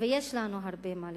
ויש לנו הרבה על מה לדבר.